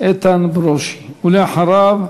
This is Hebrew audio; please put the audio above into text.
איתן ברושי, ואחריו,